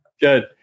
Good